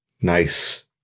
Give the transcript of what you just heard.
nice